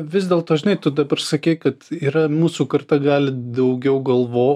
vis dėlto žinai tu dabar sakei kad yra mūsų karta gali daugiau galvo